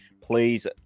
please